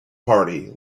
party